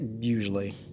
usually